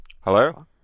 Hello